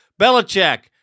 Belichick